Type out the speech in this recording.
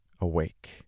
awake